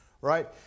right